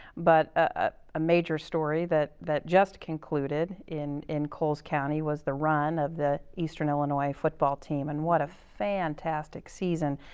but ah a major story that that just concluded in in coles county was the run of the eastern illinois football team, and what a fantastic season.